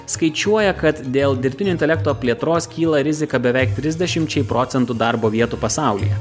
skaičiuoja kad dėl dirbtinio intelekto plėtros kyla rizika beveik trisdešimčiai procentų darbo vietų pasaulyje